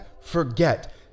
forget